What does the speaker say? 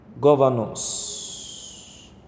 governors